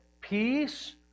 peace